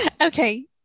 Okay